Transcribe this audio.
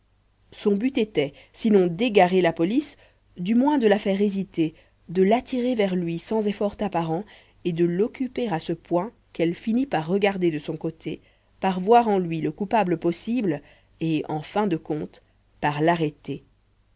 son but était sinon d'égarer la police du moins de la faire hésiter de l'attirer vers lui sans effort apparent et de l'occuper à ce point qu'elle finît par regarder de son côté par voir en lui le coupable possible et en fin de compte par l'arrêter